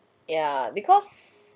ya because